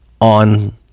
on-